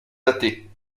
athée